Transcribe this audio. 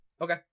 okay